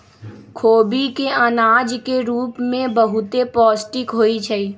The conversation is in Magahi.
खोबि के अनाज के रूप में बहुते पौष्टिक होइ छइ